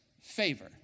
favor